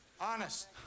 Honest